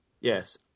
Yes